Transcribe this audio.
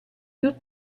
più